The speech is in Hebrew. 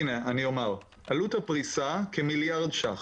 עלות הפריסה כמיליארד ש"ח.